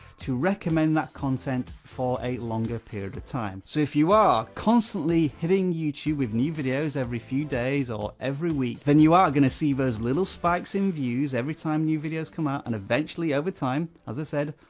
to recommend that content for a longer period of time. so if you are constantly hitting youtube with new videos every few days or every week, then you are gonna see those little spikes in views every time new videos come out and eventually over time, as i said,